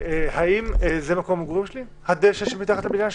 האם זה מקום המגורים שלי, הדשא שמתחת לבניין שלי?